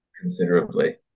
considerably